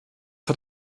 hat